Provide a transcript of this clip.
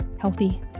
healthy